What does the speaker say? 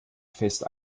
fest